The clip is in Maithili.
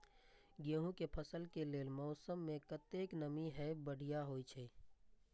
गेंहू के फसल के लेल मौसम में कतेक नमी हैब बढ़िया होए छै?